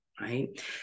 right